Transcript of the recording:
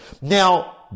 Now